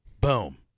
boom